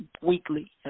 weekly